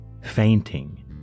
fainting